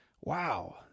Wow